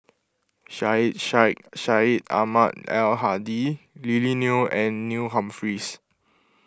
Syed Sheikh Syed Ahmad Al Hadi Lily Neo and Neil Humphreys